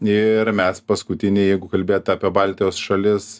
ir mes paskutiniai jeigu kalbėt apie baltijos šalis